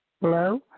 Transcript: Hello